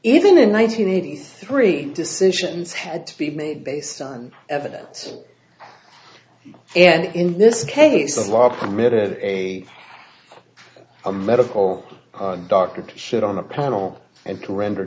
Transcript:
even in one nine hundred eighty three decisions had to be made based on evidence and in this case law permitted a a medical doctor to sit on a panel and to render